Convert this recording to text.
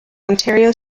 ontario